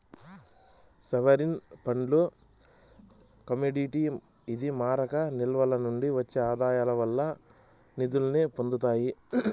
sovereign ఫండ్లు commodity ఇది మారక నిల్వల నుండి ఒచ్చే ఆదాయాల వల్లే నిదుల్ని పొందతాయి